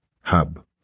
Hub